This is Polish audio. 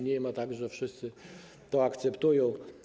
Nie jest tak, że wszyscy to akceptują.